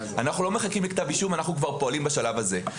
אנחנו לא מחכים לכתב אישום אלא אנחנו פועלים כבר בשלב הזה.